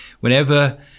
Whenever